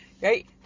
Right